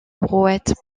brouette